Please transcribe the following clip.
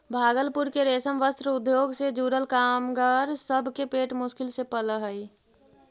भागलपुर के रेशम वस्त्र उद्योग से जुड़ल कामगार सब के पेट मुश्किल से पलऽ हई